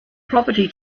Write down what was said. property